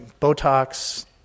Botox